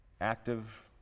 active